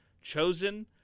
chosen